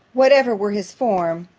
whatever were his form,